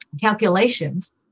calculations